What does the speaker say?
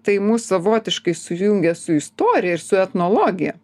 tai mus savotiškai sujungia su istorija ir su etnologija